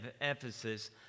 Ephesus